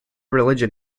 religion